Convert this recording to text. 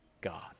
God